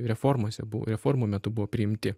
reformose buvo reformų metu buvo priimti